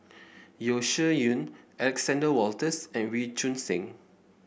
Yeo Shih Yun Alexander Wolters and Wee Choon Seng